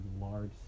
large